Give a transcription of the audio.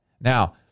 Now